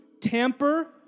tamper